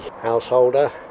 householder